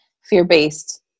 fear-based